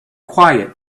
quiet